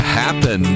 happen